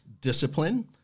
discipline